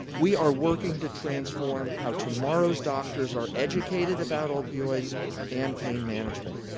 we are working to transform how tomorrow's doctors are educated about opioids and pain management.